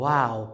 Wow